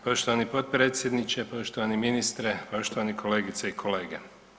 Poštovani potpredsjedniče, poštovani ministre, poštovani kolegice i kolege.